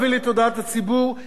גם להציג את המציאות,